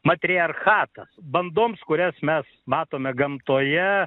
matriarchatas bandoms kurias mes matome gamtoje